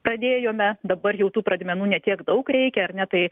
pradėjome dabar jau tų pradmenų ne tiek daug reikia ar ne tai